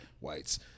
whites